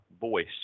voice